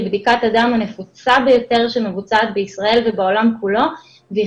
היא בדיקת הדם הנפוצה ביותר שמבוצעת בישראל ובעולם כולו והיא